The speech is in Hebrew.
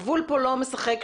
הגבול כאן לא משחק.